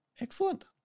Excellent